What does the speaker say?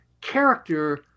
character